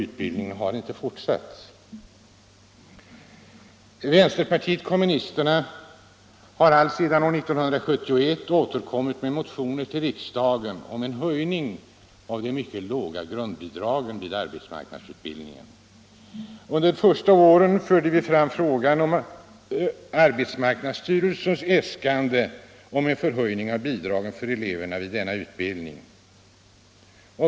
Utbildningen har inte fortsatts. Vänsterpartiet kommunisterna har alltsedan år 1971 återkommit med motioner till riksdagen om en höjning av de mycket låga grundbidragen vid arbetsmarknadsutbildningen. Under de första åren förde vi fram arbetsmarknadsstyrelsens äskanden om en förhöjning av bidragen för eleverna vid denna utbildning.